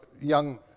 young